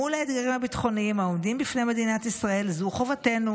מול האתגרים הביטחוניים העומדים בפני מדינת ישראל זו חובתנו,